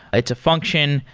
it's a function.